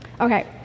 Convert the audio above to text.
Okay